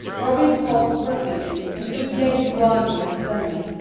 robin paused breathlessly, and stood gazing wildly at his enemy.